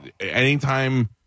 anytime